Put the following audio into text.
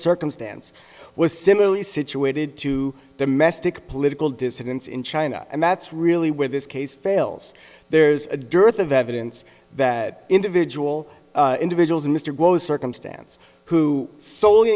circumstance was similarly situated to domestic political dissidents in china and that's really where this case fails there's a dearth of evidence that individual individuals in mr gross circumstance who sol